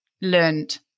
learned